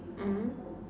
mmhmm